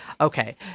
okay